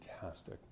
fantastic